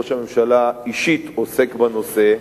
ראש הממשלה אישית עוסק בנושא.